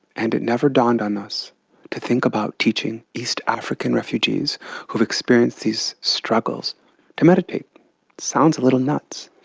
and it never dawned on us to think about teaching east african refugees who have experienced these struggles to meditate. it sounds a little nuts.